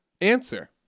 Answer